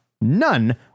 None